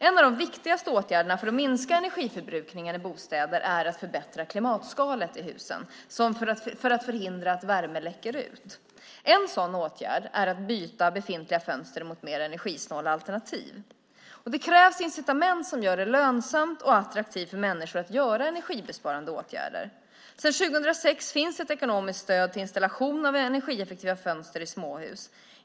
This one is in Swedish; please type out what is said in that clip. En av de viktigaste åtgärderna för att minska energiförbrukningen i bostäder är att förbättra klimatskalet i husen för att förhindra att värme läcker ut. En sådan åtgärd är att byta befintliga fönster mot mer energisnåla alternativ. Det krävs incitament som gör det lönsamt och attraktivt för människor att vidta energibesparande åtgärder. Sedan 2006 finns ett ekonomiskt stöd till installation av energieffektiva fönster i småhus.